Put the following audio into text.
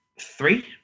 three